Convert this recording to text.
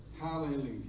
Hallelujah